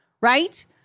right